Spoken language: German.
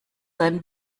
ein